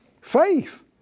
faith